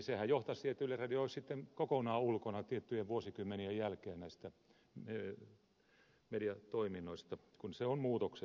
sehän johtaisi siihen että yleisradio olisi sitten kokonaan ulkona tiettyjen vuosikymme nien jälkeen näistä mediatoiminnoista kun se on muutoksessa